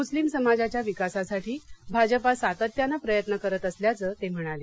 मुस्लीम समाजाच्या विकासासाठी भाजपा सातत्यानं प्रयत्न करत असल्याचं ते म्हणाले